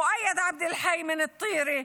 מואייד עבד אלחי מטירה,